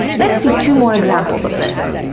let's see two more examples of this